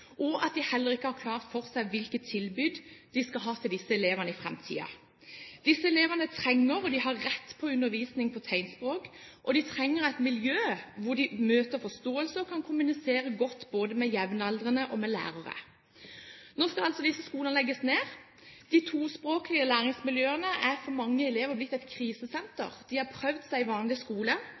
og at de heller ikke har klart for seg hvilke tilbud de skal ha til disse elevene i framtiden. Disse elevene trenger – og de har rett til – undervisning på tegnspråk, og de trenger et miljø hvor de møter forståelse og kan kommunisere godt både med jevnaldrende og med lærere. Nå skal altså disse skolene legges ned. De tospråklige læringsmiljøene er for mange elever blitt et krisesenter. De har prøvd seg i vanlig skole,